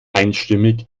einstimmig